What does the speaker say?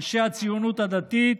אנשי הציונות הדתית,